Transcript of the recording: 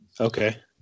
Okay